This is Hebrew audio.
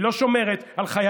היא לא שומרת על חיילינו.